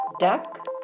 Duck